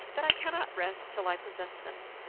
that i cannot rest till i possess them.